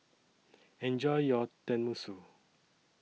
Enjoy your Tenmusu